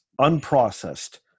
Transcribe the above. unprocessed